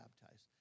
baptized